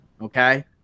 Okay